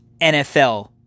NFL